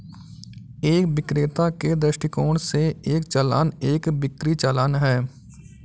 एक विक्रेता के दृष्टिकोण से, एक चालान एक बिक्री चालान है